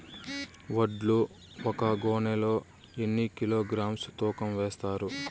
వడ్లు ఒక గోనె లో ఎన్ని కిలోగ్రామ్స్ తూకం వేస్తారు?